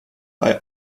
bei